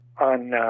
on